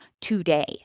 today